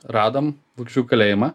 radom bučių kalėjimą